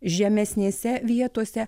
žemesnėse vietose